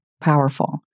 powerful